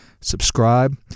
Subscribe